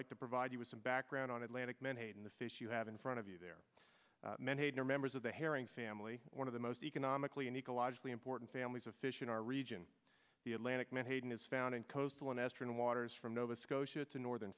like to provide you with some background on atlantic menhaden the fish you have in front of you there menhaden are members of the herring family one of the most economically and ecologically important families of fish in our region the atlantic menhaden is found in coastal and astern waters from nova scotia to northern